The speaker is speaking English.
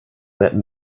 met